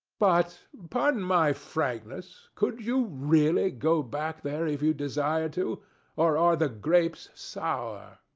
but pardon my frankness could you really go back there if you desired to or are the grapes sour?